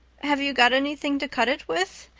have you got anything to cut it with?